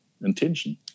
intention